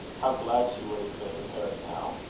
how glad she would have been of harry now!